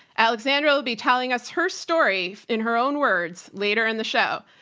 alexandra will be telling us her story, in her own words, later in the show.